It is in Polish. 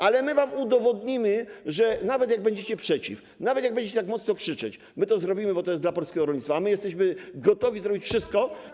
Ale my wam udowodnimy, że nawet jak będziecie przeciw, nawet jak będziecie tak mocno krzyczeć, zrobimy to, bo to jest dla polskiego rolnictwa, a my jesteśmy gotowi zrobić wszystko.